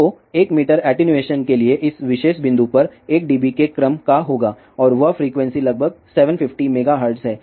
तो 1 metre attenuation के लिए इस विशेष बिंदु पर 1 dB के क्रम का होगा और वह फ्रीक्वेंसी लगभग 750 मेगाहर्ट्ज़ है